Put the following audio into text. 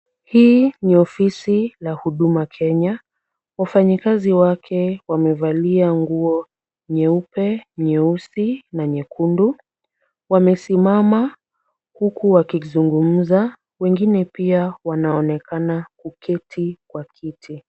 Hii ni ofisi la Huduma Kenya. Wafanyikazi wake wamevalia nguo nyeupe, nyeusi na nyekundu. Wamesimama huku wakizungumza, wengine pia wanaonekana kuketi kwa kiti.